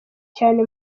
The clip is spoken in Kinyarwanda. cyane